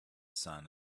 sun